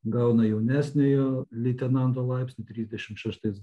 gauna jaunesniojo leitenanto laipsnį trisdešim šeštais